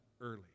early